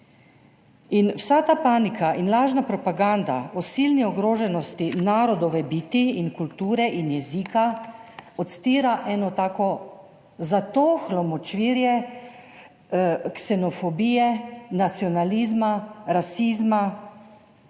Vsa ta panika in lažna propaganda o silni ogroženosti narodove biti, kulture in jezika odstira eno tako zatohlo močvirje ksenofobije, nacionalizma, rasizma,